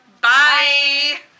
bye